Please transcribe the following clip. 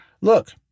look